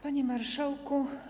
Panie Marszałku!